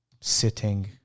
sitting